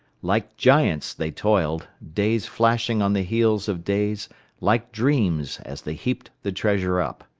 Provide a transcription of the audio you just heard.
like giants they toiled, days flashing on the heels of days like dreams as they heaped the treasure up.